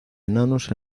enanos